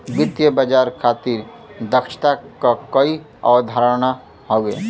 वित्तीय बाजार खातिर दक्षता क कई अवधारणा हौ